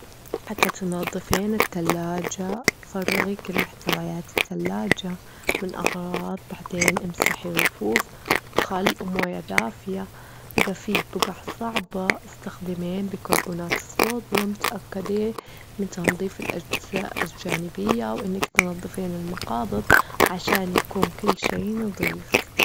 حتى تنضفين التلاجة، فرغي كل محتويات التلاجة من أغراض، بعدين امسحي الرفوف بخل ووموية دافية، إذا في بجع صعبة استخدمين بيكربونات الصوديوم، اتأكدي من تنضيف الأجزاء الجانبية، وإنك تنضفين المقابض عشان يكون كل شي نضيف.